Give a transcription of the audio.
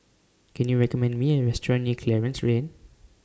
Can YOU recommend Me A Restaurant near Clarence Lane